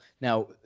Now